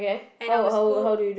and I will scold